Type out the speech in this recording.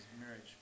marriage